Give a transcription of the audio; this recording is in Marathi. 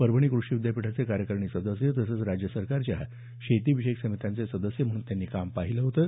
परभणी क्रषी विद्यापीठाचे कार्यकारणी सदस्य तसंच राज्य सरकारच्या शेतीविषयक समित्यांचे सदस्य म्हणून त्यांनी काम पाहिलं होतं